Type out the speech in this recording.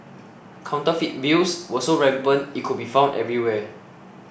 counterfeit bills were so rampant it could be found everywhere